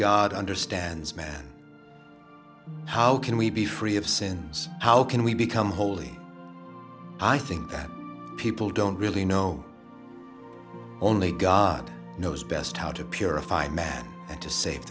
god understands man how can we be free of sins how can we become holy i think that people don't really know only god knows best how to purify man and to save